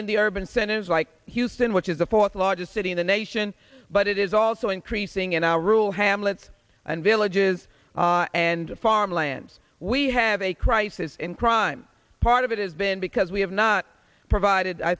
in the urban centers like houston which is the fourth largest city in the nation but it is also increasing in our rule hamlets and villages and farmlands we have a crisis in crime part of it has been because we have not provided i